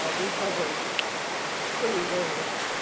ah recovery pretty early on.